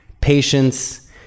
patience